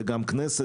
זה גם כנסת,